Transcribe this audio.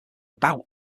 about